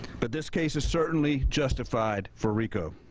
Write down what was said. but this case is certainly justified for rico.